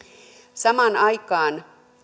samaan aikaan